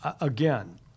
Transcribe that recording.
again